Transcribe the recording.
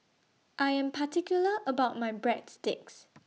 I Am particular about My Breadsticks